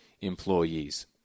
employees